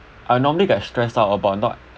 I normally get stressed out about not